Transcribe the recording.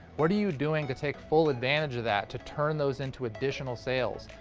what are you doing to take full advantage of that, to turn those into additional sales,